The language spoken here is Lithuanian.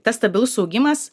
tas stabilus augimas